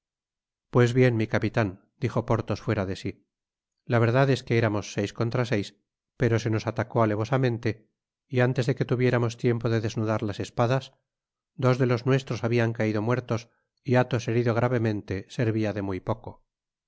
pues bien mi capitan dijo porthos fuora de si la verdad es que éramos seis contra seis pero se nos atacó alevosamente y antes de que tuviéramos tiempo de desnudar las espadas dos de los nuestros habian caido muertos y atbos herido gravemente servia de muy poco